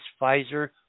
Pfizer